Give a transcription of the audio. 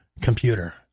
computer